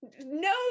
no